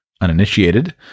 uninitiated